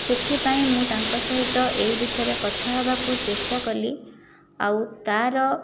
ସେଥିପାଇଁ ମୁଁ ତାଙ୍କ ସହିତ ଏହି ବିଷୟରେ କଥା ହେବାକୁ ଚେଷ୍ଟା କଲି ଆଉ ତା'ର